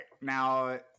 Now